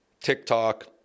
TikTok